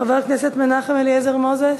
חבר הכנסת מנחם אליעזר מוזס,